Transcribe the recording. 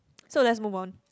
so let's move on